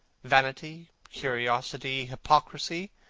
vanity? curiosity? hypocrisy?